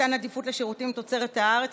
מתן עדיפות לשירותים מתוצרת הארץ),